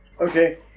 Okay